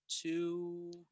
two